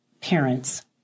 parents